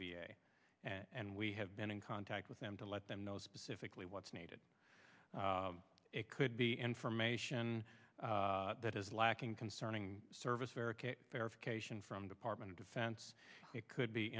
a and we have been in contact with them to let them know specifically what's needed it could be information that is lacking concerning service vericut verification from department of defense it could be